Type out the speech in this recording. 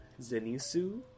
Zenitsu